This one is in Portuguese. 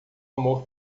amor